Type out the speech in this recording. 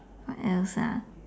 what else ah